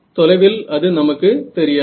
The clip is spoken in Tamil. தொலைவில் அது நமக்கு தெரியாது